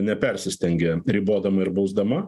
nepersistengė ribodama ir bausdama